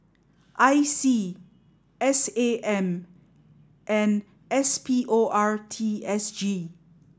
I C S A M and S P O R T S G